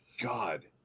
God